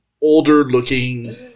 older-looking